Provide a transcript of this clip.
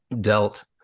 dealt